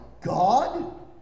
God